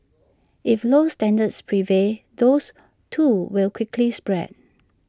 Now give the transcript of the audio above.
if low standards prevail those too will quickly spread